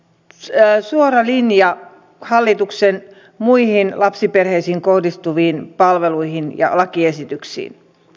tämä on suora linja hallituksen muihin lapsiperheisiin kohdistuviin palveluihin ja lakiesityksiin